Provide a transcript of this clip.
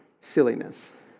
silliness